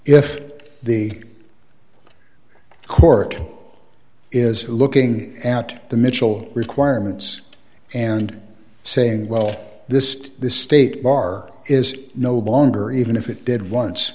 if the court is looking at the mitchell requirements and saying well this this state bar is no longer even if it did